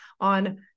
on